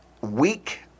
weak